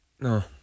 No